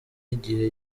igihe